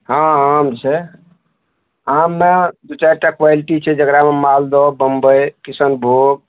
हँ आम छै आममे दू चारि टा क्वालिटी छै जेकरामे मालदह बम्बइ किशनभोग